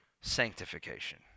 sanctification